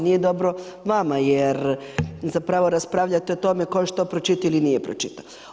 Nije dobro vama jer zapravo raspravljate o tome tko je što pročitao ili nije pročitao.